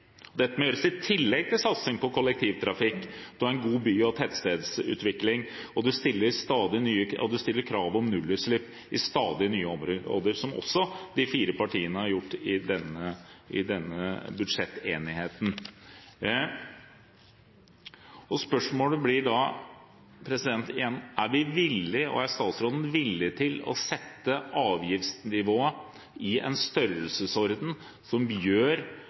Dette må gjøres i tillegg til satsing på kollektivtrafikk og en god by- og tettstedsutvikling, og det stiller krav om nullutslipp på stadig nye områder, noe som også de fire partiene har gjort i denne budsjettenigheten. Spørsmålet blir da igjen: Er statsråden villig til å sette avgiftsnivået i en størrelsesorden som gjør